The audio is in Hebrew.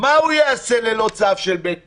מה הוא יעשה ללא צו של בית משפט?